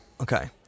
Okay